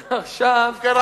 אם כן,